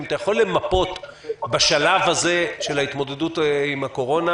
אם אתה יכול למפות בשלב הזה של ההתמודדות עם הקורונה